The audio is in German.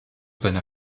seiner